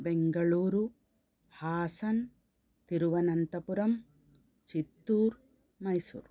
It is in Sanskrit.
बेङ्गलूरु हासन् तिरुवनन्तपुरं चित्तूर् मैसूर्